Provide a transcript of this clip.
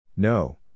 No